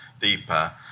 deeper